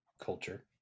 culture